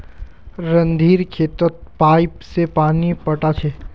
रणधीर खेतत पाईप स पानी पैटा छ